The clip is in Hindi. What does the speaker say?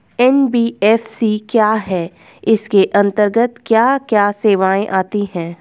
एन.बी.एफ.सी क्या है इसके अंतर्गत क्या क्या सेवाएँ आती हैं?